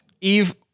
Eve